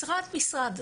משרד משרד,